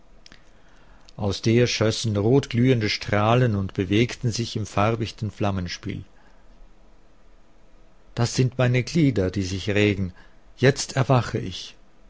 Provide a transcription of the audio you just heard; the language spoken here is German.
aus der schössen rotglühende strahlen und bewegten sich im farbichten flammenspiel das sind meine glieder die sich regen jetzt erwache ich